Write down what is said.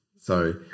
So-